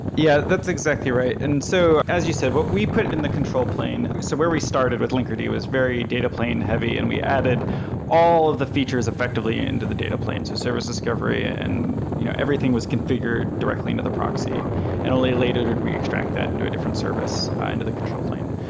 yeah. that's exactly right. and so as you said, what we put in the control plane so where we started with linkerd was very data plane heavy and we added all the features effectively into the data plane, so service discovery and everything was configured directly into the proxy and only later did we extract that into a different service into the control plane.